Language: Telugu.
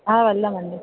వెళ్దామండి